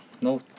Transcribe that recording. no